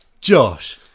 Josh